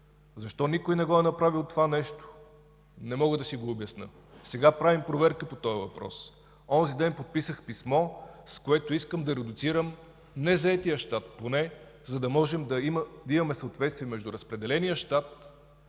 Защо никой не е направил това нещо? Не мога да си го обясня. Сега правим проверка по този въпрос. Онзи ден подписах писмо, с което искам да редуцирам поне незаетия щат, за да можем да имаме съответствие между разпределения щат